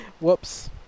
Whoops